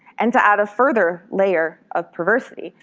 and to add a further layer of perversity,